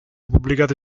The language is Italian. pubblicate